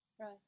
Right